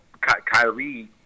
Kyrie